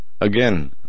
Again